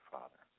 Father